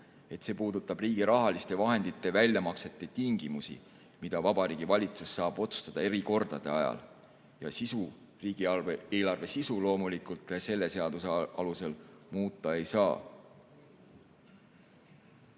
et see puudutab riigi rahaliste vahendite väljamaksete tingimusi, mida Vabariigi Valitsus saab otsustada erikordade ajal. Riigieelarve sisu loomulikult selle seaduse alusel muuta ei saa.